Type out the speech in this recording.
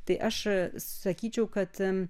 tai aš sakyčiau kad